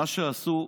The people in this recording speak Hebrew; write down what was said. מה שעשו,